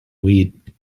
weed